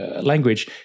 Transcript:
language